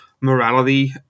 morality